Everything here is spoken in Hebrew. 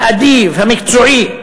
האדיב, המקצועי,